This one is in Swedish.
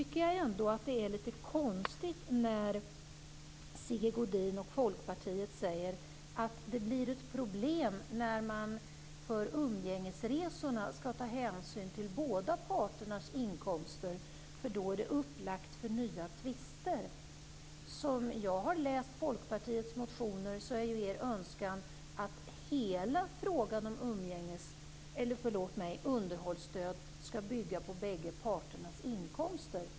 Det är litet konstigt att Sigge Godin och Folkpartiet säger att det blir ett problem när man inför umgängesresorna skall ta hänsyn till båda parternas inkomster, eftersom det då är upplagt för nya tvister. Som jag har läst Folkpartiets motioner är er önskan att hela frågan om underhållsstöd skall bygga på bägge parternas inkomster.